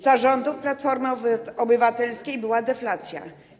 Za rządów Platformy Obywatelskiej była deflacja.